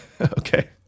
Okay